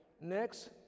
Next